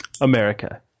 America